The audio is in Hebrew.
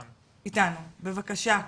בבקשה.